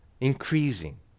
increasing